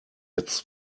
its